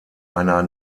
einer